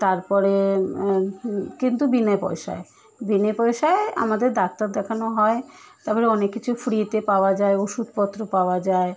তারপরে কিন্তু বিনে পয়সায় বিনে পয়সায় আমাদের ডাক্তার দেখানো হয় তাপরে অনেক কিছু ফ্রিতে পাওয়া যায় ওষুধপত্র পাওয়া যায়